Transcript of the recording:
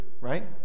right